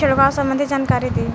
छिड़काव संबंधित जानकारी दी?